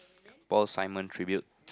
Paul Simon Tribute